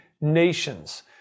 nations